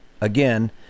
again